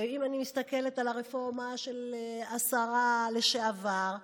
ואם אני מסתכלת על הרפורמה של השרה לשעבר,